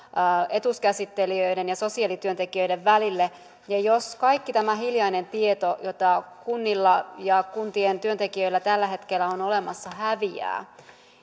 etuuskäsittelijöiden ja sosiaalityöntekijöiden välillä ja jos kaikki tämä hiljainen tieto jota kunnilla ja kuntien työntekijöillä tällä hetkellä on olemassa häviää